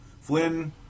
Flynn